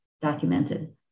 documented